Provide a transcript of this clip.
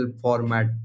format